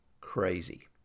crazy